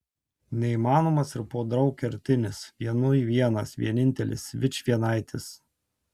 neįmanomas ir podraug kertinis vienui vienas vienintelis vičvienaitis